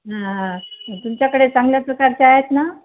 हा मग तुमच्याकडे चांगल्या प्रकारचे आहेत ना